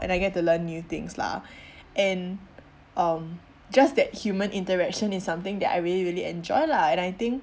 and I get to learn new things lah and um just that human interaction is something that I really really enjoy lah and I think